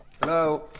Hello